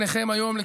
.